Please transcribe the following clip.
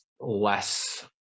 less